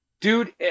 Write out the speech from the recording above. dude